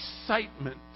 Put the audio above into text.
excitement